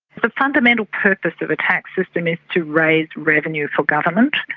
fundamental purpose of a tax system is to raise revenue for government.